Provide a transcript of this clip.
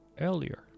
earlier